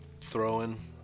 throwing